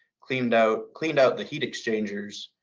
cleaned out cleaned out the heat exchangers